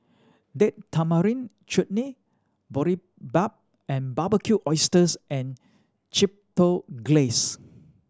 Date Tamarind Chutney Boribap and Barbecued Oysters and Chipotle Glaze